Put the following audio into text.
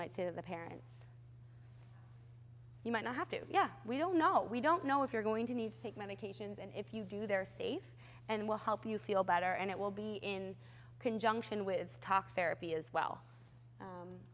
to the parents you might not have to yeah we don't know we don't know if you're going to need to take medications and if you do they're safe and will help you feel better and it will be in conjunction with talk therapy as well